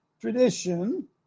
tradition